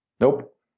Nope